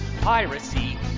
piracy